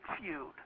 feud